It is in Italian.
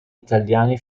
italiani